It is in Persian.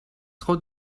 خود